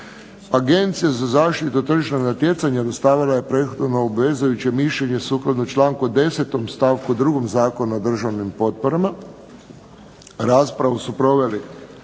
Agencija za zaštitu tržišnog natjecanja dostavila je prethodno obvezujuće mišljenje sukladno članku 10. stavku 2. Zakona o državnim potporama. Raspravu su proveli